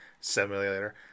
simulator